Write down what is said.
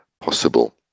possible